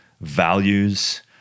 values